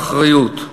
והאחריות,